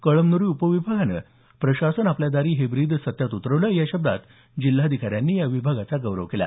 कळमनुरी उपविभागाने प्रशासन आपल्या दारी हे ब्रीद सत्यात उतरवले या शब्दांत जिल्हाधिकारी रुचेश जयवंशी यांनी विभागाचा गौरव केला